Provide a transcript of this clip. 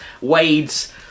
Wade's